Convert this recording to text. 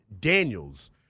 Daniels